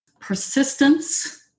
persistence